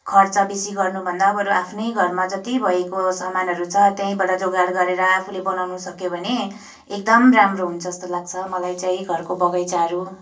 खर्च बेसी गर्नुभन्दा बरू आफ्नै घरमा जति भएको सामानहरू छ त्यहीँबाट जोगाड गरेर आफूले बनाउनसक्यो भने एकदम राम्रो हुन्छ जस्तो लाग्छ मलाई चाहिँ घरको बगैँचाहरू